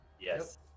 yes